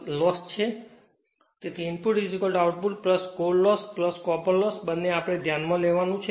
તેથી input output core loss copper loss બંને આપણે ધ્યાનમાં લેવાનું છે